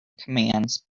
commands